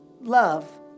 love